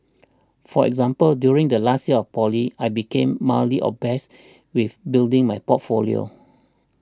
for example during the last year of poly I became mildly obsessed with building my portfolio